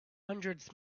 hundreds